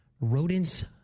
rodents